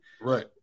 right